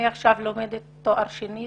אני עכשיו לומדת לתואר שני,